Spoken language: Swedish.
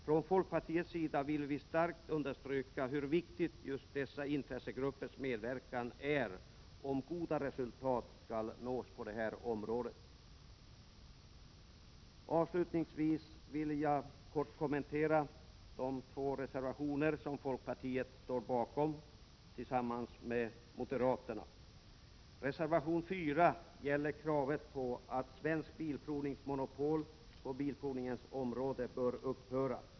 Från folkpartiets sida vill vi starkt understryka hur viktigt just dessa intressegruppers medverkan är om goda resultat skall nås på området. Avslutningsvis vill jag kommentera de två reservationer som folkpartiet står bakom tillsammans med moderaterna. Reservation fyra gäller kravet på att Svensk Bilprovnings monopol på bilprovningens område bör upphöra.